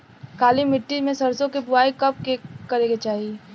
काली मिट्टी में सरसों के बुआई कब करे के चाही?